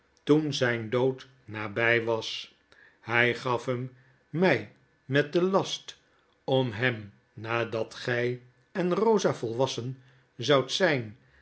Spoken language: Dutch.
toen zyn dood naby was hij gaf hem my met den last om hem nadat gy en rosa volwassen zoudt zyn